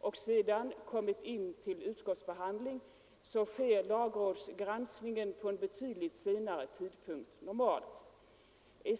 och ärendet sedan hänskjutits till utskottsbehandling, sker lagrådsgranskningen vid en betydligt senare tidpunkt än normalt.